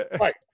Right